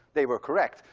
they were correct.